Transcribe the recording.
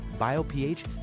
BioPH